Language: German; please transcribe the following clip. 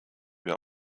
wir